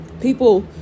people